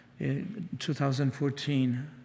2014